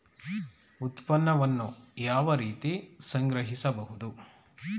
ಉತ್ಪನ್ನವನ್ನು ಯಾವ ರೀತಿ ಸಂಗ್ರಹಿಸಬಹುದು?